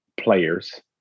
players